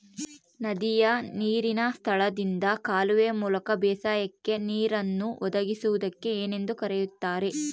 ನದಿಯ ನೇರಿನ ಸ್ಥಳದಿಂದ ಕಾಲುವೆಯ ಮೂಲಕ ಬೇಸಾಯಕ್ಕೆ ನೇರನ್ನು ಒದಗಿಸುವುದಕ್ಕೆ ಏನೆಂದು ಕರೆಯುತ್ತಾರೆ?